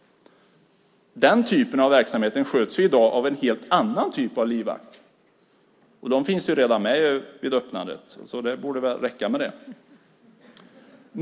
Den typen av verksamhet sköts i dag av en helt annan sorts livvakter. De finns ju redan med vid öppnandet, så det borde väl räcka med det.